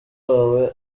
wawe